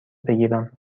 بگیرم